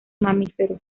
mamíferos